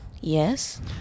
Yes